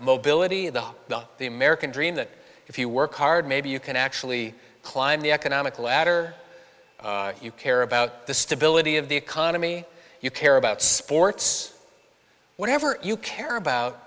mobility the not the american dream that if you work hard maybe you can actually climb the economic ladder you care about the stability of the economy you care about sports whatever you care about